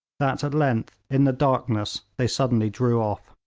that at length, in the darkness, they suddenly drew off.